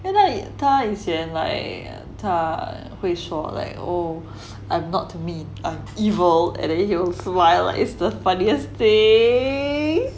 现在你他以前 like 他会说 like oh I'm not mean I'm evil and then he will cry like it's the funniest thing